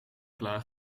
klaar